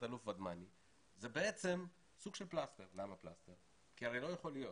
תת-אלוף ודמני זה בעצם סוג של פלסטר כי הרי לא יכול להיות